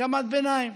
הסכמת ביניים,